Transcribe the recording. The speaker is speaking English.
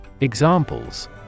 Examples